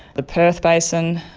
the perth basin,